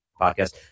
Podcast